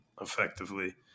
effectively